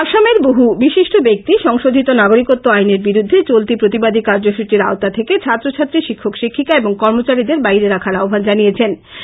আসামের বহু বিশিষ্ট ব্যাক্তি সংশোধিত নাগরিকত্ব আইনের বিরুদ্ধে চলতি প্রতিবাদী কার্যসূচীর আওতা থেকে ছাত্র ছাত্রী শিক্ষক শিক্ষিকা এবং কর্মচারীদের বাইরে রাখার আহ্বান জানিয়েছেন